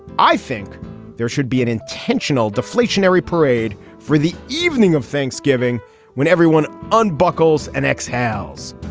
i think there should be an intentional deflationary parade for the evening of thanksgiving when everyone on buckles and exhales